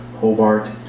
Hobart